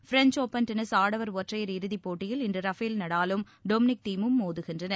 French open tennis ஆடவர் ஒற்றையர் இறுதிப் போட்டியில் இன்று ரபேல் நடாலும் டொமினிக் தியமும் மோதுகின்றனர்